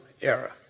era